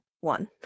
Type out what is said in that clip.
one